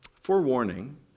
forewarning